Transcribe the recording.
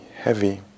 heavy